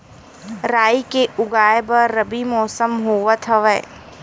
राई के उगाए बर रबी मौसम होवत हवय?